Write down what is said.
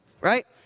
Right